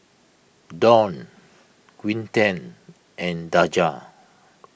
Dawne Quinten and Daja